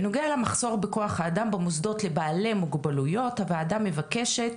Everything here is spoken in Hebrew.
בנוגע למחסור בכוח האדם במוסדות לבעלי מוגבלויות הוועדה מבקשת